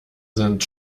sind